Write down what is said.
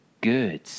good